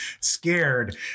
scared